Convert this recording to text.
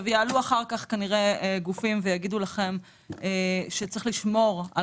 אחר כך כנראה יעלו גופים ויאמרו לכם שצריך לשמור על